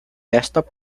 desktop